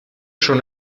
schon